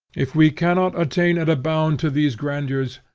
if we cannot attain at a bound to these grandeurs,